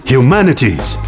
Humanities